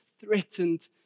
threatened